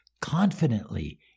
confidently